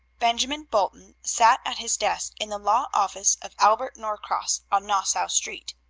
benjamin bolton sat at his desk in the law office of albert norcross, on nassau street.